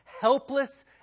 helpless